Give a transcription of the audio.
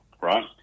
Right